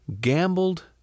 gambled